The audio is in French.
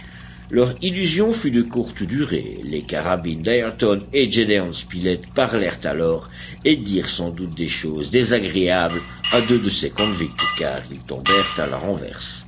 leur illusion fut de courte durée les carabines d'ayrton et de gédéon spilett parlèrent alors et dirent sans doute des choses désagréables à deux de ces convicts car ils tombèrent à la renverse